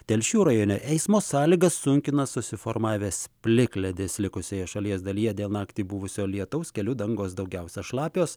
telšių rajone eismo sąlygas sunkina susiformavęs plikledis likusioje šalies dalyje dėl naktį buvusio lietaus kelių dangos daugiausiai šlapios